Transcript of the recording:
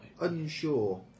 unsure